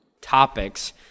topics